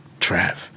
Trav